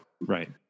right